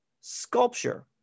sculpture